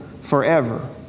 forever